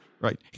Right